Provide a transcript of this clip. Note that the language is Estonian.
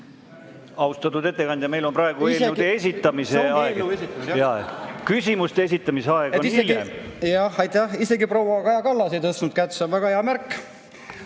Austatud ettekandja, meil on praegu eelnõude esitamise aeg. Küsimuste esitamise aeg on hiljem. Jah, aitäh! Isegi proua Kaja Kallas ei tõstnud kätt, see on väga hea märk.